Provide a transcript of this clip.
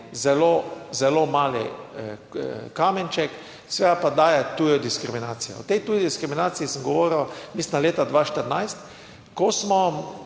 zelo mali kamenček seveda pa daje tujo diskriminacijo. O tej tuji diskriminaciji sem govoril mislim da leta 2014, ko smo